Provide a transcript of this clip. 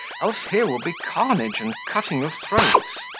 else here will be carnage and cutting of throats.